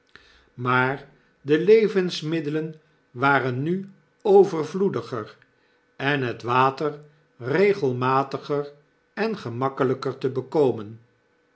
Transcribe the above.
maar de levensmiddelen waren nu overvloediger en het water regelmatiger en gemakkelijker te bekomen